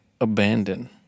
abandon